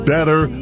Better